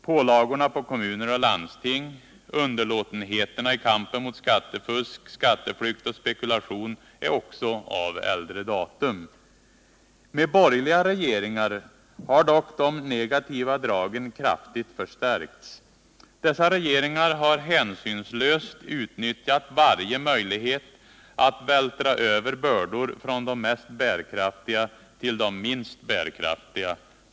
Pålagorna på kommuner och landsting, underlåtenheterna i kampen mot skattefusk, skatteflykt och spekulation är också av äldre datum. Med borgerliga regeringar har dock de negativa dragen kraftigt förstärkts. Dessa regeringar har hänsynslöst utnyttjat varje möjlighet att vältra över bördor från de mest bärkraftiga till de minst bärkraftiga.